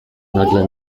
nagle